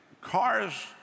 cars